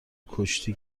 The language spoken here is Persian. کشتی